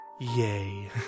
yay